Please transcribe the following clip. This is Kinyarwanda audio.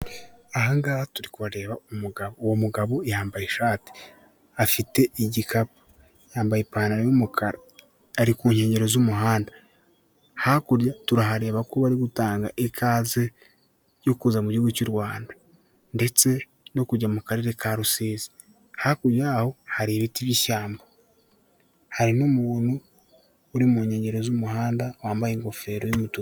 Aha ngaha turi kuhareba umugabo, uwo mugabo yambaye ishati, afite igikapu, yambaye ipantaro y'umukara, ari ku nkengero z'umuhanda, hakurya turahareba ko bari gutanga ikaze yo kuza mu gihugu cy'u Rwanda, ndetse no kujya mu karere ka Rusizi, hakurya yaho hari ibiti by'ishyamba, hari n'umuntu uri mu nkengero z'umuhanda wambaye ingofero y'umutuku.